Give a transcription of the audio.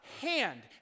hand